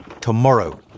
Tomorrow